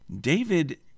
David